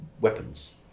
weapons